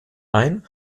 ein